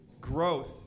growth